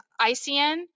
ICN